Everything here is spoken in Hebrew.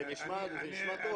זה נשמע טוב.